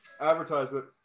Advertisement